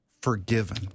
Forgiven